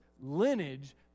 lineage